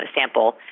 sample